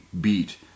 beat